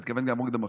אני אעמוד גם עכשיו.